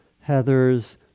Heather's